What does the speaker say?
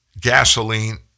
Gasoline